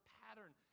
pattern